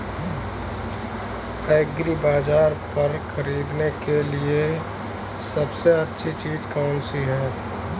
एग्रीबाज़ार पर खरीदने के लिए सबसे अच्छी चीज़ कौनसी है?